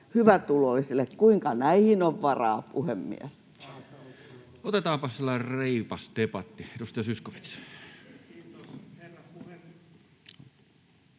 hyvätuloisille. Kuinka näihin on varaa, puhemies?